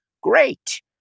Great